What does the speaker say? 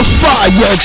fire